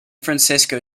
francisco